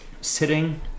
sitting